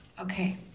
Okay